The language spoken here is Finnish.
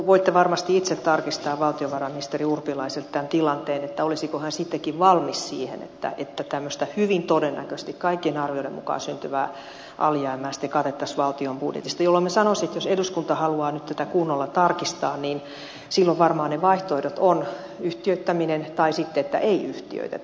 voitte varmasti itse tarkistaa valtiovarainministeri urpilaiselta tämän tilanteen olisiko hän sittenkin valmis siihen että tämmöistä hyvin todennäköisesti kaikkien arvioiden mukaan syntyvää alijäämää sitten katettaisiin valtion budjetista jolloin minä sanoisin että jos eduskunta haluaa nyt tätä kunnolla tarkistaa niin silloin varmaan ne vaihtoehdot ovat yhtiöittäminen tai sitten se että ei yhtiöitetä